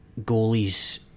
goalies